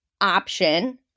option